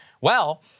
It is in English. Well-